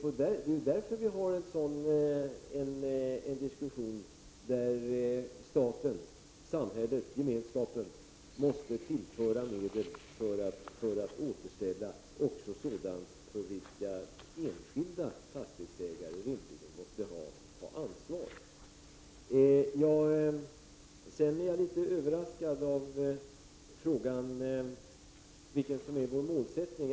Det är därför vi har en diskussion om att staten, samhället, gemenskapen måste tillföra medel för att återställa också sådant för vilket enskilda fastighetsägare rimligen måste ha ansvar. Jag är litet överraskad av frågan om vad som är vår målsättning.